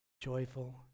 joyful